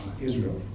Israel